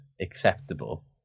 acceptable